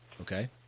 okay